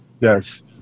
Yes